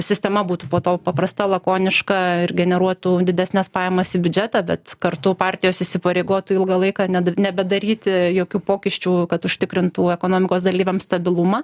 sistema būtų po to paprasta lakoniška ir generuotų didesnes pajamas į biudžetą bet kartu partijos įsipareigotų ilgą laiką ne nebedaryti jokių pokyčių kad užtikrintų ekonomikos dalyviams stabilumą